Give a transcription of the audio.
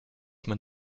man